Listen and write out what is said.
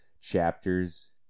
chapters